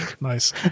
Nice